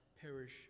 perish